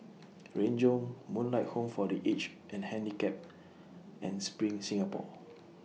Renjong Moonlight Home For The Aged and Handicapped and SPRING Singapore